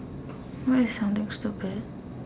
what is something stupid